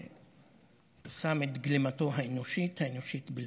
ושם את גלימתו האנושית, האנושית בלבד.